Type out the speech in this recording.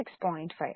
5